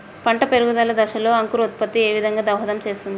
పంట పెరుగుదల దశలో అంకురోత్ఫత్తి ఏ విధంగా దోహదం చేస్తుంది?